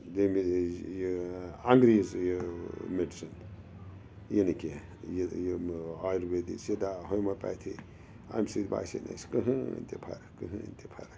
دیٚمہِ یہِ انٛگریٖز یہِ میڈسَن یہِ نہٕ کینٛہہ یہِ یِم آیرویدِک سِدا ہوموپیتھی اَمہِ سۭتۍ باسے نہٕ اَسہِ کٕہٕنۍ تہِ فَرق کٕہٕنۍ تہِ